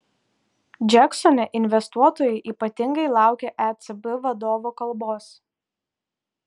džeksone investuotojai ypatingai laukė ecb vadovo kalbos